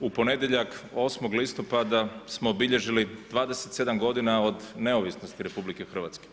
U ponedjeljak 8. listopada smo obilježili 27 godina od neovisnosti RH.